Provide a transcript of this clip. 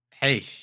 Hey